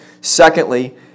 Secondly